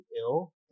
ill